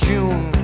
June